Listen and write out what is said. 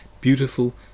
beautiful